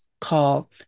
call